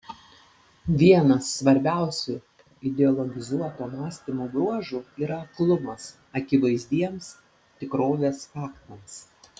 vienas svarbiausių ideologizuoto mąstymo bruožų yra aklumas akivaizdiems tikrovės faktams